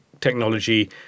technology